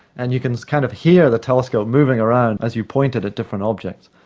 and you can kind of hear the telescope moving around as you point it at different objects,